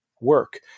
work